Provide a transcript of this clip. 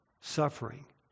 suffering